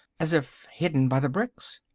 as if hidden by the bricks.